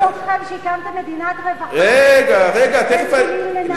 ביקרתי אתכם שהקמתם מדינת רווחה בין ג'נין לנעלין,